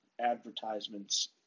advertisements